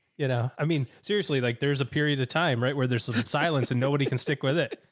you know, i mean, seriously, like there's a period of time, right? where there's some silence and nobody can stick with it.